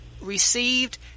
received